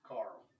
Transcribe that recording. Carl